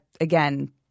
again